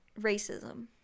racism